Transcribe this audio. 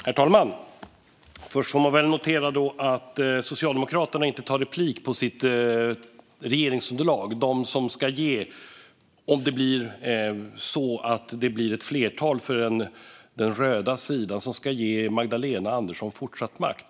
Herr talman! Först får man väl notera att Socialdemokraterna inte tar replik på sitt regeringsunderlag, om det blir så att det blir ett flertal för den röda sida som ska ge Magdalena Andersson fortsatt makt.